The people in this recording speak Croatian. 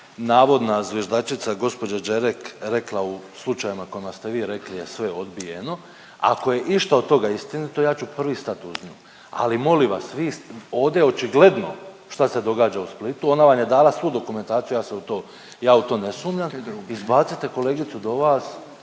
navodna zviždačica, gđa Đerek rekla u slučajevima u kojima ste vi rekli je sve odbijeno, ako je išta od toga istinito, ja ću prvi stati uz nju. Ali, molim vas, vi ode očigledno šta se događa u Splitu, ona vam je dala svu dokumentaciju, ja se u to, ja u to ne sumnjam, izbacite kolegicu do vas